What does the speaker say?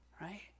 right